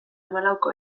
hamalauko